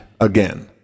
again